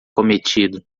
cometido